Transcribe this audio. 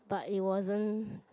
but it wasn't